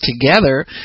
together